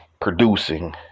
Producing